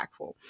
impactful